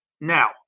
now